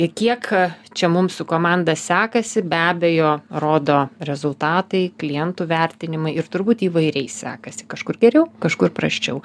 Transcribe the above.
kiek čia mums su komanda sekasi be abejo rodo rezultatai klientų vertinimai ir turbūt įvairiai sekasi kažkur geriau kažkur prasčiau